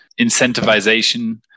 incentivization